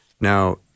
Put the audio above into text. Now